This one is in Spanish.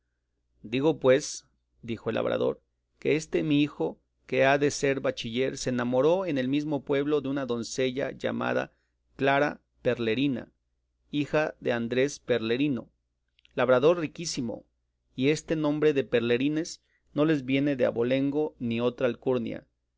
digo pues dijo el labrador que este mi hijo que ha de ser bachiller se enamoró en el mesmo pueblo de una doncella llamada clara perlerina hija de andrés perlerino labrador riquísimo y este nombre de perlerines no les viene de abolengo ni otra alcurnia